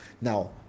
Now